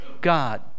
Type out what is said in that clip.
God